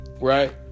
Right